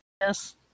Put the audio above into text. Yes